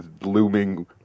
looming